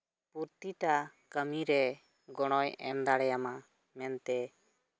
ᱯᱨᱚᱛᱤᱴᱟ ᱠᱟᱹᱢᱤᱨᱮ ᱜᱚᱲᱚᱭ ᱮᱢ ᱫᱟᱲᱮᱭᱟᱢᱟ ᱢᱮᱱᱛᱮ